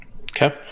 Okay